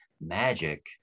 magic